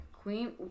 Queen